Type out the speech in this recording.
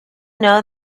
know